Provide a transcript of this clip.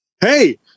Hey